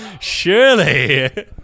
Surely